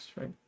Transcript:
right